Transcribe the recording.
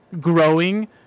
growing